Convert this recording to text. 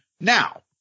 Now